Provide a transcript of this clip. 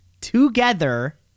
together